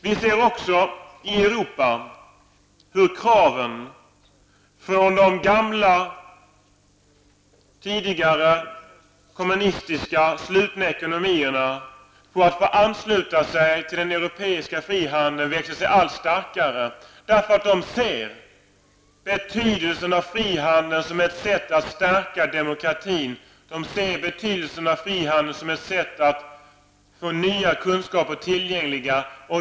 Vi ser också i Europa hur kraven från de gamla tidigare kommunistiska slutna ekonomierna på att få ansluta sig till den europeiska frihandeln växer sig allt starkare. De ser betydelsen av frihandeln som ett sätt att stärka demokratin, att få nya kunskaper.